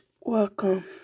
welcome